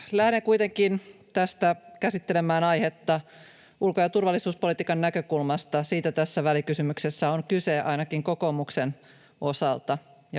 Lähden kuitenkin käsittelemään aihetta ulko- ja turvallisuuspolitiikan näkökulmasta, sillä siitä tässä välikysymyksessä on kyse ainakin kokoomuksen osalta